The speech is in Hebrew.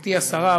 גברתי השרה,